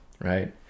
right